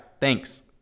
thanks